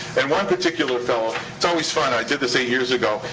and one particular fellow. it's always fun. i did this eight years ago.